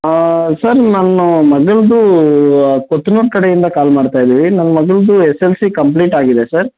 sir ನನ್ನ ಮಗಳದು ಕೊತ್ತುನೂರು ಕಡೆಯಿಂದ ಕಾಲ್ ಮಾಡ್ತಾಯಿದ್ದೀವಿ ನನ್ನ ಮಗಳದು ಎಸ್ ಎಲ್ ಸಿ ಕಂಪ್ಲೀಟ್ ಆಗಿದೆ ಸರ್